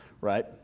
right